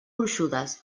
gruixudes